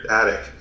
attic